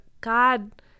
God